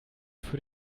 für